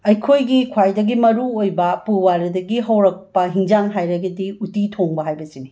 ꯑꯩꯈꯣꯏꯒꯤ ꯈ꯭ꯋꯥꯏꯗꯒꯤ ꯃꯔꯨ ꯑꯣꯏꯕ ꯄꯨꯋꯥꯔꯤꯗꯒꯤ ꯍꯧꯔꯛꯄ ꯍꯤꯡꯖꯥꯡ ꯍꯥꯏꯔꯒꯗꯤ ꯎꯇꯤ ꯊꯣꯡꯕ ꯍꯥꯏꯕꯁꯤꯅꯤ